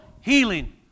healing